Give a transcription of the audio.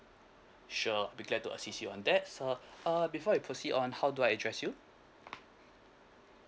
sure be glad to assist you on that sir err before I proceed on how do I address you